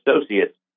associates